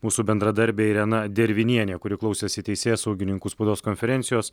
mūsų bendradarbė irena dervinienė kuri klausėsi teisėsaugininkų spaudos konferencijos